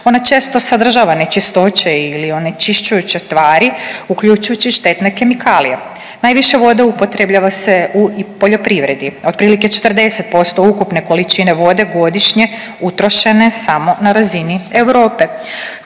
ona često sadržava nečistoće ili onečišćujuće tvari uključujući i štetne kemikalije. Najviše vode upotrebljava se u poljoprivredi, otprilike 40% ukupne količine vode godišnje utrošene samo na razini Europe.